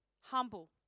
humble